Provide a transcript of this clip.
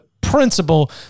principle